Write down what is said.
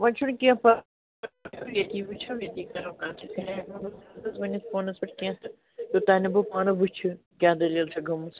ونۍ چھُ نہٕ کینٛہہ پرواے ییٚتے وٕچھو ییٚتے کرو ؤنِتھ فونَس پیٚٹھ کینٛہہ تہ یوتانۍ نہ بہ پانہ وچھٕ کیاہ دلیٖل چھِ گٔمژ